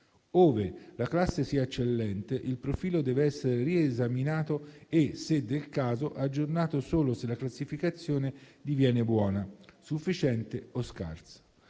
Ove la classe sia eccellente, il profilo deve essere riesaminato e, se del caso, aggiornato solo se la classificazione diviene buona, sufficiente o scarsa.